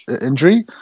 injury